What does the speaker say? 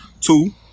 Two